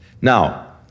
Now